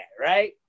Right